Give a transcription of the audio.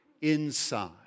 inside